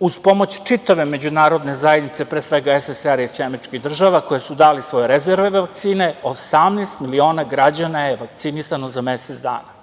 uz pomoć čitave međunarodne zajednice, pre svega SSSR i SAD koje su dale svoje rezerve vakcine, 18 miliona građana je vakcinisano za mesec dana,